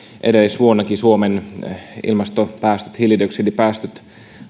edellisvuonnakin suomen ilmastopäästöt hiilidioksidipäästöt